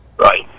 Right